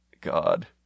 God